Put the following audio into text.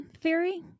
theory